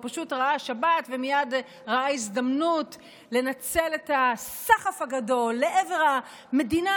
הוא פשוט ראה שבת ומייד ראה הזדמנות לנצל את הסחף הגדול לעבר המדינה